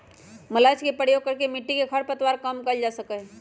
mulch के प्रयोग करके मिट्टी में खर पतवार कम कइल जा सका हई